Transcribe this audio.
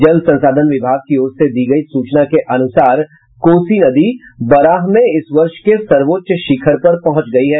जल संसाधन विभाग की ओर से दी गयी सूचना के अनुसार कोसी नदी बराह में इस वर्ष के सर्वोच्च शिखर पर पहुंच गयी है